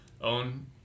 own